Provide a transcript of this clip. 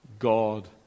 God